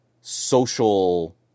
social